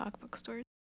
Bookstores